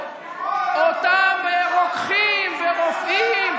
אותם רוקחים ורופאים,